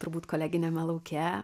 turbūt koleginiame lauke